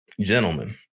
gentlemen